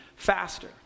faster